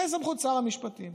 זו סמכות שר המשפטים.